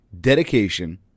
dedication